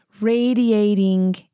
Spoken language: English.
radiating